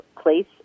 place